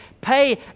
pay